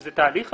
זה תהליך עבודה.